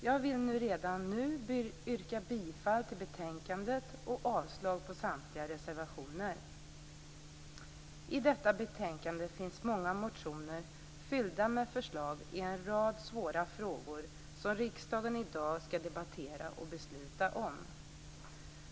Jag vill redan nu yrka bifall till hemställan i betänkandet och avslag på samtliga reservationer. I detta betänkande finns många motioner fyllda med förslag i en rad svåra frågor som riksdagen i dag skall debattera och besluta om.